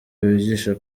wigisha